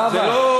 זהבה,